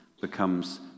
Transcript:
becomes